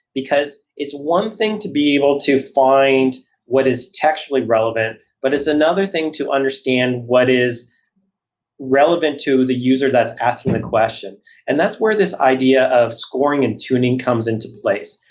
because it's one thing to be able to find what is textually relevant, but it's another thing to understand what is relevant to the user that's asking the question and that's where this idea of scoring and tuning comes into place.